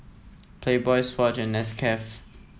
Playboy Swatch and Nescafe